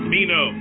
Mino